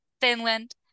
Finland